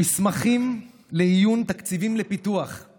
"מסמכים לעיון, תקציבים לפיתוח /